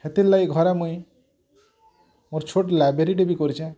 ସେଥି୍ର୍ ଲାଗି ଘରେ ମୁଇଁ ମୋର୍ ଛୋଟ୍ ଲାଇବ୍ରେରୀଟେ ବି କରିଛେଁ